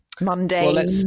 mundane